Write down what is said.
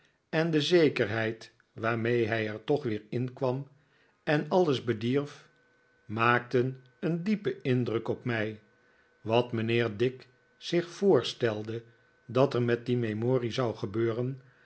en de zekerheid waarmee hij er toch weer inkwam en alles bedierf maakten een diepen indruk op mij wat mijriheer dick zich voorstelde dat er met die memorie zou gebeuren